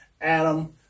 Adam